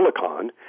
silicon